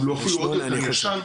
אבל הוא אפילו עוד יותר ישן,